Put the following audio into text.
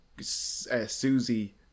Susie